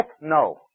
No